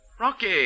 Rocky